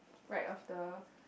right of the